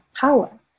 power